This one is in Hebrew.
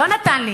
לא נתן לי.